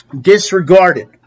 disregarded